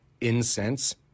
incense